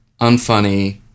unfunny